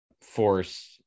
force